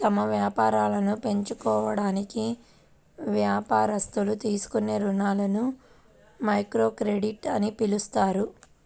తమ వ్యాపారాలను పెంచుకోవడానికి వ్యాపారస్తులు తీసుకునే రుణాలని మైక్రోక్రెడిట్ అని పిలుస్తారు